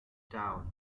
town